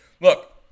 Look